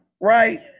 right